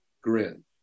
grin